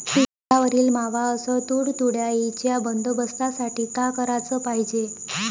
पिकावरील मावा अस तुडतुड्याइच्या बंदोबस्तासाठी का कराच पायजे?